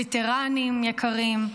וטרנים יקרים,